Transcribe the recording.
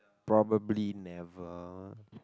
probably never